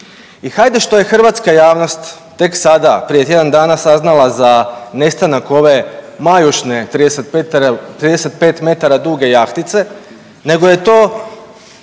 I hajde što je hrvatska javnost tek sada prije tjedan dana saznala za nestanak ove majušne 35 metara duge jahtice nego je to